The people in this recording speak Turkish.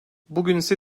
bugünse